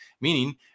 meaning